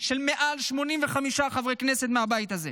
של מעל 85 חברי כנסת מהבית הזה.